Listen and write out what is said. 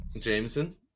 Jameson